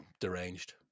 deranged